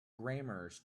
grammars